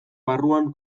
barruan